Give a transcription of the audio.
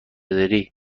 داری